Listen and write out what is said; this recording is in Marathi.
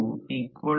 गुणाकार 4